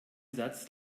satz